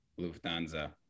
Lufthansa